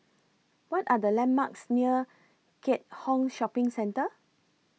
What Are The landmarks near Keat Hong Shopping Centre